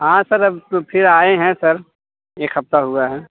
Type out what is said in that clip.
हाँ सर अब तो फ़िर आए हैं सर एक हफ्ता हुआ है